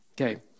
Okay